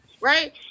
right